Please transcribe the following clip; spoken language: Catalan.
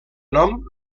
nom